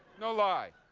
no lie.